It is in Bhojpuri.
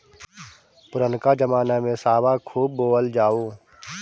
पुरनका जमाना में सावा खूब बोअल जाओ